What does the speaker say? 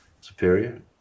Superior